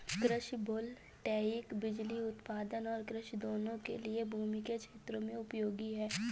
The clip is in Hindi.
कृषि वोल्टेइक बिजली उत्पादन और कृषि दोनों के लिए भूमि के क्षेत्रों में उपयोगी है